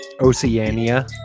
Oceania